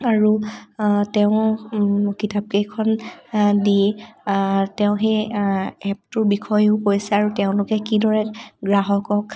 আৰু তেওঁৰ কিতাপকেইখন দি তেওঁ সেই এপটোৰ বিষয়েও কৈছে আৰু তেওঁলোকে কিদৰে গ্ৰাহকক